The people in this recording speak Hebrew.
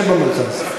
שב במרכז.